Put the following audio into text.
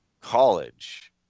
college